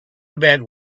about